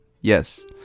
Yes